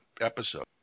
episode